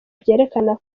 byerekana